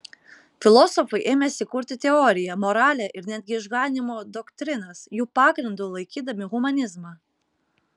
filosofai ėmėsi kurti teoriją moralę ir netgi išganymo doktrinas jų pagrindu laikydami humanizmą